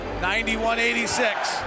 91-86